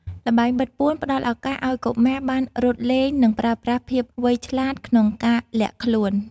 ល្បែងបិទពួនផ្ដល់ឱកាសឲ្យកុមារបានរត់លេង និងប្រើប្រាស់ភាពវៃឆ្លាតក្នុងការលាក់ខ្លួន។